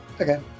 okay